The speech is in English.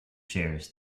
shares